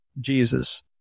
jesus